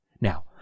Now